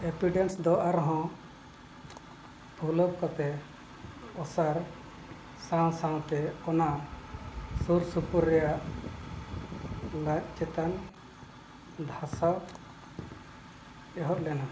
ᱮᱯᱤᱰᱮᱱᱥ ᱫᱚ ᱟᱨᱦᱚᱸ ᱯᱷᱩᱞᱟᱹᱣ ᱠᱟᱛᱮᱫ ᱚᱥᱟᱨ ᱥᱟᱶ ᱥᱟᱶᱛᱮ ᱚᱱᱟ ᱥᱩᱨ ᱥᱩᱯᱩᱨ ᱨᱮᱭᱟᱜ ᱞᱟᱡ ᱪᱮᱛᱟᱱ ᱵᱷᱟᱥᱟᱣ ᱮᱦᱚᱵ ᱞᱮᱱᱟ